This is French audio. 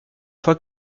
fois